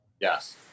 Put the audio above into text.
Yes